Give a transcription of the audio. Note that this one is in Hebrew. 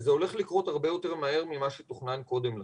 וזה הולך לקרות הרבה יותר מהר ממה שתוכנן קודם לכן.